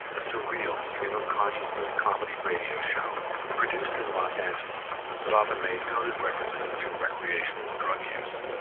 a surreal stream of consciousness comedy radio show produced in los angeles that often made coded references to recreational drug use.